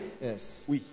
Yes